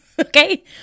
Okay